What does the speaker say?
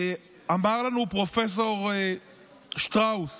אמר לנו פרופ' שטראוס